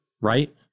right